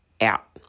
out